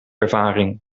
ervaring